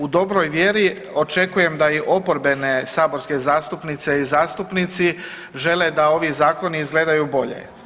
U dobroj vjeri očekujem da i oporbene saborske zastupnice i zastupnici žele da ovi zakoni izgledaju bolje.